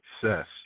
success